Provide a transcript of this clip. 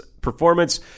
performance